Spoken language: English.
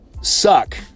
suck